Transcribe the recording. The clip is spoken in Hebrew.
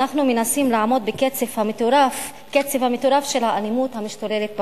אנחנו מנסים לעמוד בקצב המטורף של האלימות המשתוללת בחוץ.